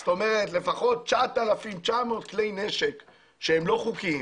אז זאת אומרת לפחות 9,900 כלי נשק שהם לא חוקיים